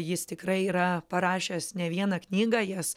jis tikrai yra parašęs ne vieną knygą jas